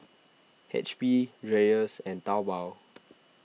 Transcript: H P Dreyers and Taobao